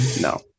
No